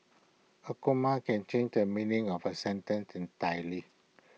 A comma can change the meaning of A sentence entirely